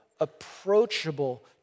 approachable